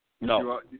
No